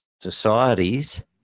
societies